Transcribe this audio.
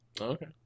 Okay